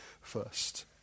first